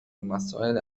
مسائل